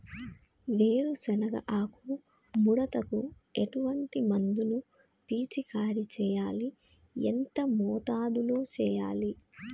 వేరుశెనగ ఆకు ముడతకు ఎటువంటి మందును పిచికారీ చెయ్యాలి? ఎంత మోతాదులో చెయ్యాలి?